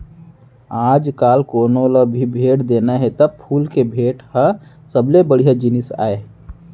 आजकाल कोनों ल भी भेंट देना हे त फूल के भेंट ह सबले बड़िहा जिनिस आय